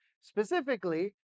Specifically